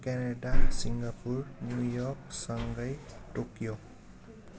Canada Singapore New York Shanghai Tokyo